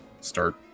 start